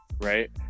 Right